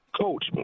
coach